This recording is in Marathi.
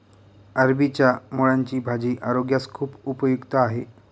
अरबीच्या मुळांची भाजी आरोग्यास खूप उपयुक्त आहे